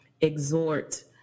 exhort